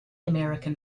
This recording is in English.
american